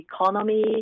economy